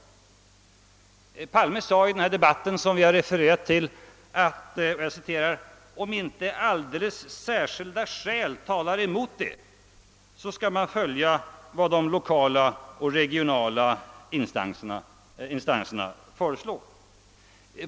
Herr Palme sade i den debatt som vi har refererat till, att >om inte alldeles särskilda skäl talar mot det>, skall man följa vad de lokala och regionala instanserna föreslår.